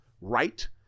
right